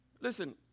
Listen